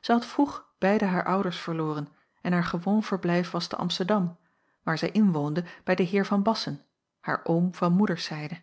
had vroeg beide haar ouders verloren en haar gewoon verblijf was te amsterdam waar zij inwoonde bij den heer van bassen haar oom van moederszijde